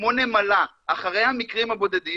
כמו נמלה אחרי המקרים הבודדים.